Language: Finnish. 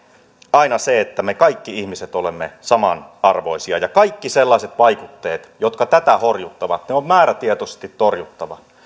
aina se että me kaikki ihmiset olemme samanarvoisia ja kaikki sellaiset vaikutteet jotka tätä horjuttavat on määrätietoisesti torjuttava tulevat